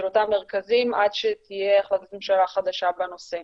אותם מרכזים עד שתהיה החלטת ממשלה חדשה בנושא.